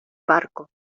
barco